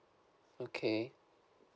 okay